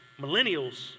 millennials